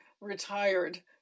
retired